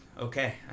okay